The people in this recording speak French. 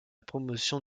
promotion